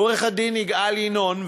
עורך-הדין איל ינון,